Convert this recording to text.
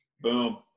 Boom